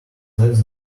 less